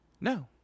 No